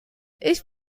ich